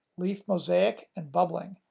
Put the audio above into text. leaf mosaic and bubbling,